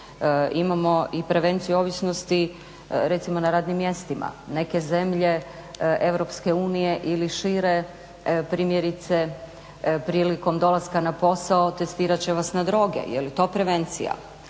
Imamo i prevenciju ovisnosti recimo na radnim mjestima. Neke zemlje EU ili šire, primjerice prilikom dolaska na posao testirat će vas na droge. Je li to prevencija?